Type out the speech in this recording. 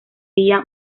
vía